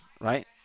right